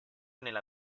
nella